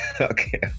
okay